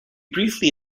briefly